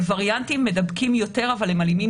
"וריאנטים מדבקים יותר אבל הם אלימים